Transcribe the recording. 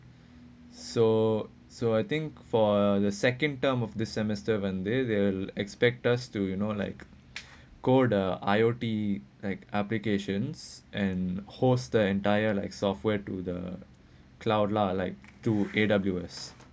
so so I think for the second term of the semester when they'll expect us to you know like go the I_O_T like applications and hosts the entire like software to the cloud lah like to A_W_S